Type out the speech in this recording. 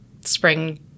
spring